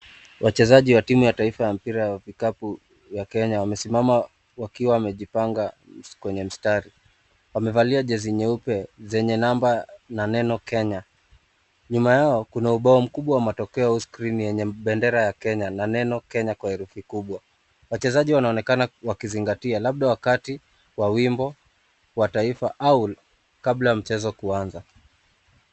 Wacheza wa timu ya taifa ya mpira wa kikapu ya Kenya wamesimama, wakiwa wamejipanga kwenye mstari. Wamevalia jezi nyeupe zenye nambari na neno Kenya. Nyuma yao kuna ubao mkubwa wamatokeo au screen,(cs), yenye bendera ya Kenya ,na neno Kenya kwa herufi kubwa. Wachezaji wanaonekana wakizingatia labda wakati wa wimbo wa taifa au kabla mchezo kuanza.